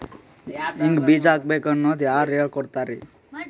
ಹಿಂಗ್ ಬೀಜ ಹಾಕ್ಬೇಕು ಅನ್ನೋದು ಯಾರ್ ಹೇಳ್ಕೊಡ್ತಾರಿ?